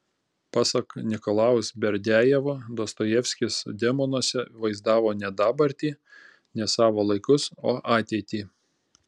pasak nikolajaus berdiajevo dostojevskis demonuose vaizdavo ne dabartį ne savo laikus o ateitį